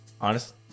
Honest